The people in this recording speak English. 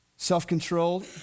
Self-controlled